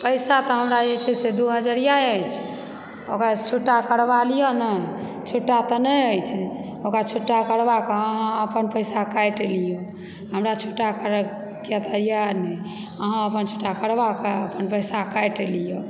पैसा तऽ हमरा जे छै से दू हजरिया अछि ओकरा छूटा करवा लिअ नऽ छुटा तऽ नहि अछि ओकरा छुटा करवाकऽ अहाँ अपन पैसा काटि लिऔ हमरा छुटा कराकऽ किआतऽ यै नहि अहाँ अपन छुटा करवाकऽ अपन पैसा काटि लिऔ